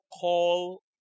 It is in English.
call